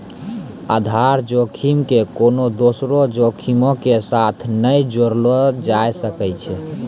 आधार जोखिम के कोनो दोसरो जोखिमो के साथ नै जोड़लो जाय सकै छै